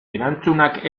erantzunak